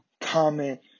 comment